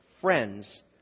friends